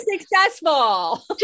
successful